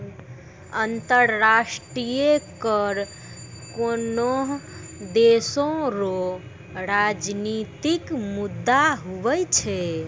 अंतर्राष्ट्रीय कर कोनोह देसो रो राजनितिक मुद्दा हुवै छै